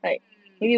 mm